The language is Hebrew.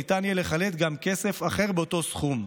ניתן יהיה לחלט גם כסף אחר באותו סכום,